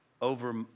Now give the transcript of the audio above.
over